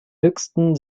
höchsten